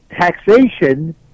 taxation